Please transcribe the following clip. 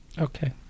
Okay